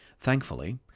Thankfully